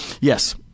Yes